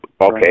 Okay